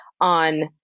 on